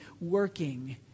working